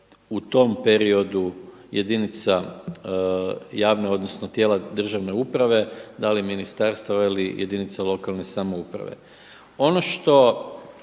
u tom periodu jedinica javne, odnosno tijela državne uprave da li ministarstava ili jedinica lokalne samouprave. Ono što